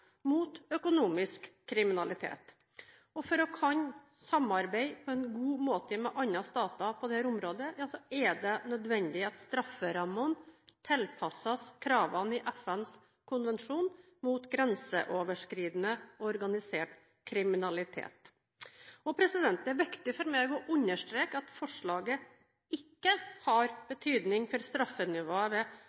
mot økonomisk kriminalitet. For å kunne samarbeide på en god måte med andre stater på dette området er det nødvendig at strafferammene tilpasses kravene i FNs konvensjon mot grenseoverskridende organisert kriminalitet. Det er viktig for meg å understreke at forslaget ikke har betydning for straffenivået